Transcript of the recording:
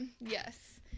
Yes